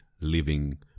living